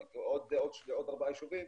ועוד ארבעה יישובים,